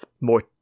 more